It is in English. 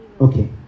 Okay